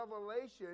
revelation